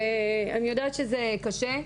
אני יודעת שזה קשה.